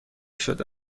شده